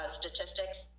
statistics